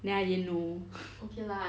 then I didn't know